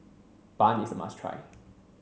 bun is a must try